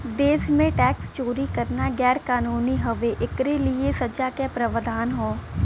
देश में टैक्स चोरी करना गैर कानूनी हउवे, एकरे लिए सजा क प्रावधान हौ